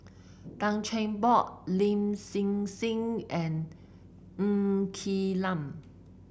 Tan Cheng Bock Lin Hsin Hsin and Ng Quee Lam